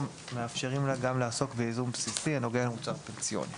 מאפשרים לה גם לעסוק בייזום בסיסי הנוגע למוצר פנסיוני.